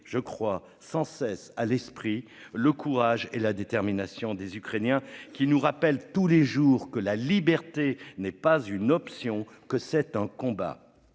je crois sans cesse à l'esprit le courage et la détermination des Ukrainiens qui nous rappellent tous les jours que la liberté n'est pas une option que c'est un combat